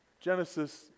Genesis